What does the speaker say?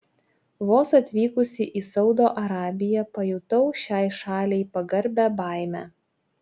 vos atvykusi į saudo arabiją pajutau šiai šaliai pagarbią baimę